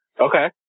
Okay